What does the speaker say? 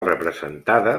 representada